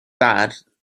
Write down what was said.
bad